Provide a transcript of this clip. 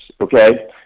okay